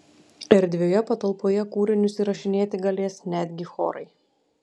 erdvioje patalpoje kūrinius įrašinėti galės netgi chorai